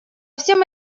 всем